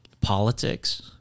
politics